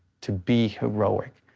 to be heroic,